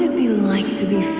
and be like to be